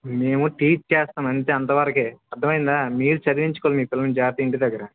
మేము టీచ్ చేస్తాము అంతే అంతవరకే అర్థమైందా మీరు చదవించుకోవాలి మీ పిల్లల్ని జాగ్రత్తగా ఇంటి దగ్గర